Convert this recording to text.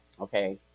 Okay